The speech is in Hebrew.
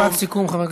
משפט סיכום.